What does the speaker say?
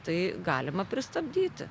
tai galima pristabdyti